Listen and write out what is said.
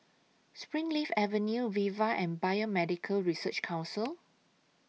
Springleaf Avenue Viva and Biomedical Research Council